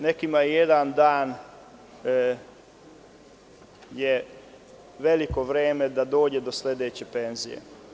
Nekima je jedan dan veliko vreme da dođu do sledeće penzije.